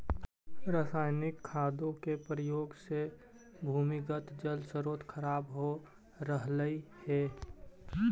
रसायनिक खादों के प्रयोग से भूमिगत जल स्रोत खराब हो रहलइ हे